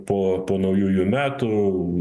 po po naujųjų metų